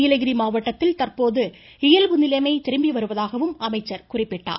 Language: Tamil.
நீலகிரி மாவட்டத்தில் தந்போது இயல்பு திரும்பி வருவதாகவும் அமைச்சர் குறிப்பிட்டார்